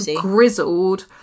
grizzled